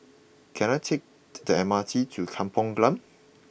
can I take the M R T to Kampong Glam